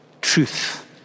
truth